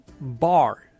bar